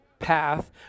path